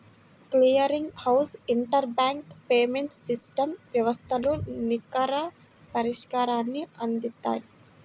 clearing house inter bank payments system వ్యవస్థలు నికర పరిష్కారాన్ని అందిత్తాయి